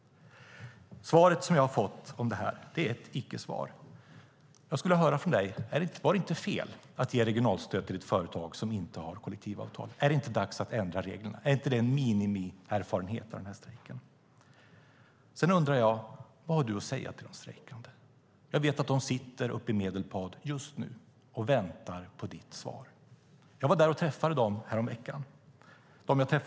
Svaret som jag har fått är ett icke-svar. Jag skulle vilja höra från dig: Var det inte fel att ge regionalstöd till ett företag som inte har kollektivavtal? Är det inte dags att ändra reglerna? Är det inte en minimierfarenhet av strejken? Sedan undrar jag: Vad har du att säga till de strejkande? Jag vet att de just nu sitter uppe i Medelpad och väntar på ditt svar. Jag var där och träffade dem häromveckan.